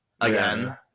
again